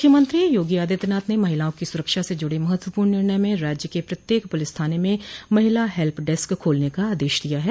मुख्यमंत्री योगी आदित्यनाथ ने महिलाओं की सुरक्षा से जुड़े महत्वपूर्ण निर्णय में राज्य के प्रत्येक पुलिस थाने में महिला हेल्प डेस्क खोलने का आदेश दिया है